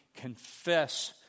confess